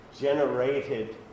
generated